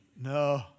No